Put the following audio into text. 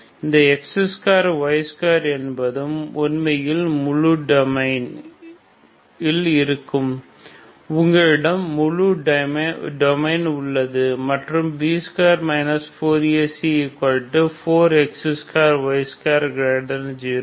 இந்த x2y2 என்பதும் உண்மையில் முழு டொமைன் இல் இருக்கும் உங்களிடம் முழு டொமைன் உள்ளது மற்றும் B2 4AC4x2y20 இங்கு xy≠0